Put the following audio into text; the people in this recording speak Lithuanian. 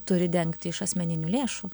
turi dengti iš asmeninių lėšų